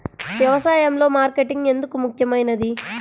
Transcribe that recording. వ్యసాయంలో మార్కెటింగ్ ఎందుకు ముఖ్యమైనది?